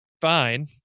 fine